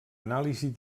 anàlisi